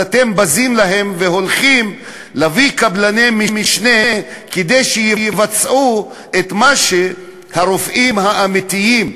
בזים להם והולכים להביא קבלני משנה כדי שיבצעו את מה שהרופאים האמיתיים,